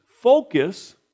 focus